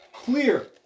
clear